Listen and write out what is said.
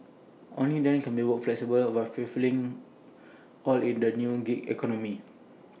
only then can work be flexible but fulfilling for all in this new gig economy